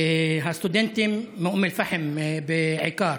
הסטודנטים מאום אל-פחם בעיקר.